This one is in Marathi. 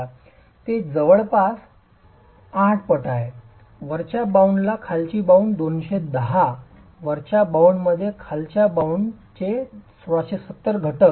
तर ते जवळपास 8 पट आहे वरच्या बाउंडला खालची बाउंड 210 वरच्या बाउंडमध्ये खालच्या बाउंड 1670 चे घटक